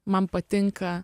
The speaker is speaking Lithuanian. man patinka